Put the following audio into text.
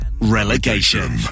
relegation